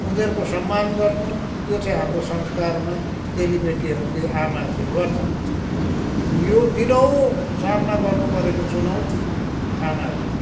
उनीहरूको सम्मान गर्नु यो चाहिँ हाम्रो संस्कारमा चेलीबेटीहरूले आमाहरूले गर्छन् यो दिनहुँ सामना गर्नुपरेको चुनौती हो आमाहरूले